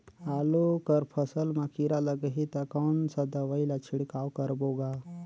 आलू कर फसल मा कीरा लगही ता कौन सा दवाई ला छिड़काव करबो गा?